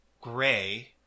gray